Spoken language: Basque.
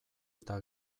eta